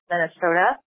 Minnesota